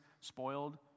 spoiled